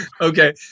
Okay